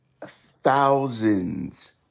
Thousands